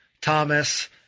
Thomas